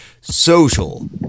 social